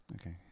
Okay